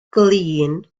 glin